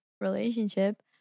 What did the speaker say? relationship